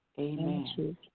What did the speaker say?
Amen